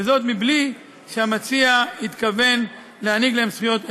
זאת מבלי שהמציע מתכוון להעניק להם זכויות אלה.